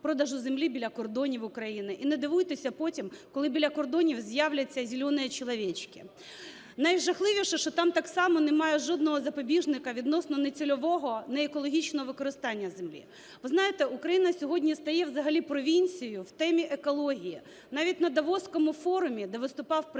продажу землі біля кордонів України. І не дивуйтесь потім, коли біля кордонів з'являться "зеленые человечки". Найжахливіше, що там так само немає жодного запобіжника відносно нецільового неекологічного використання землі. Ви знаєте, Україна сьогодні стає взагалі провінцією в темі екології. Навіть на давоському форумі, де виступав Президент